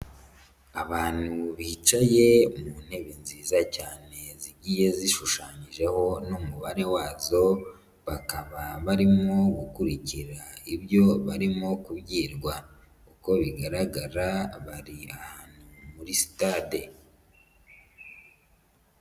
Abantu bicaye mu ntebe nziza cyane iyo zishushanyijeho n'umubare wazo, bakaba barimo gukurikira ibyo barimo kubwirwa. uko bigaragara bari ahanru muri sitade.